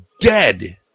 dead